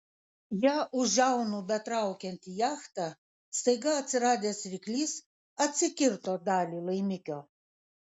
ją už žiaunų betraukiant į jachtą staiga atsiradęs ryklys atsikirto dalį laimikio